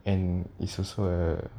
and it's also a